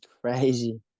Crazy